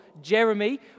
Jeremy